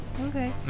Okay